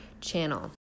channel